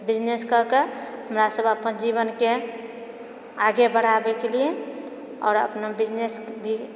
business कए कऽ हमरा सभ अपन जीवनकेँ आगे बढ़ाबैके लिए आओर अपना बिजनेस भी